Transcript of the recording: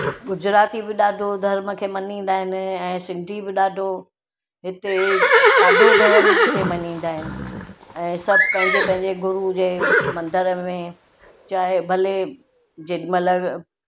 गुजराती बि ॾाढो धर्म खे मञीदा आहिनि ऐं सिंधी बि ॾाढो हिते अ ॾाढो धर्म खे मञीदा आहिनि ऐं सभु पंहिंजे पंहिंजे गुरू जे मंदर में चाहे भले जेॾीमहिल